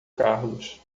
carlos